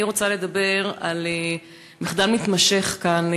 אני רוצה לדבר על מחדל מתמשך כאן,